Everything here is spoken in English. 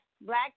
Black